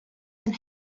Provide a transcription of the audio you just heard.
and